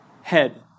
head